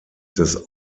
des